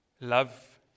Love